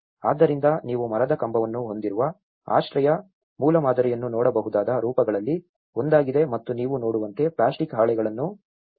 ಆದ್ದರಿಂದ ನೀವು ಮರದ ಕಂಬವನ್ನು ಹೊಂದಿರುವ ಆಶ್ರಯ ಮೂಲಮಾದರಿಯನ್ನು ನೋಡಬಹುದಾದ ರೂಪಗಳಲ್ಲಿ ಒಂದಾಗಿದೆ ಮತ್ತು ನೀವು ನೋಡುವಂತೆ ಪ್ಲಾಸ್ಟಿಕ್ ಹಾಳೆಗಳನ್ನು ಕಟ್ಟಲಾಗಿದೆ